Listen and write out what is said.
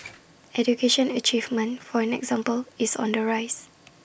education achievement for an example is on the rise